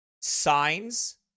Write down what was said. signs